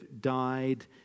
died